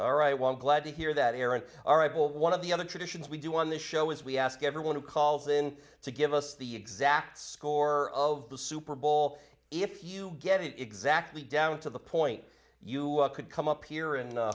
all right one glad to hear that aaron all right well one of the other traditions we do on the show is we ask everyone who called in to give us the exact score of the super bowl if you get it exactly down to the point you could come up here